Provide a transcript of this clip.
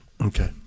Okay